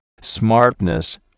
smartness